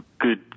good